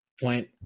point